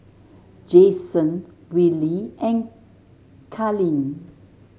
Jaxon Willy and Carlyn